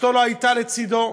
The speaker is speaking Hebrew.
אשתו לא הייתה לצדו,